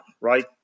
right